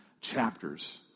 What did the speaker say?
chapters